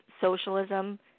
socialism